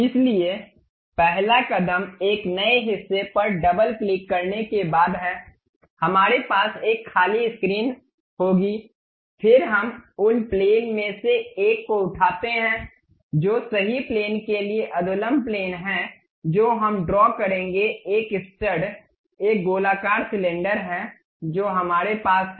इसलिए पहला कदम एक नए हिस्से पर डबल क्लिक करने के बाद है हमारे पास एक खाली स्क्रीन होगी फिर हम उन प्लेन में से एक को उठाते हैं जो सही प्लेन के लिए अधोलंब प्लेन है जो हम ड्रा करेंगे एक स्टड एक गोलाकार सिलेंडर है जो हमारे पास है